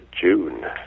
June